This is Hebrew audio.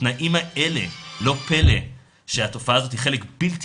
בתנאים האלה לא פלא שהתופעה הזאת היא חלק בלתי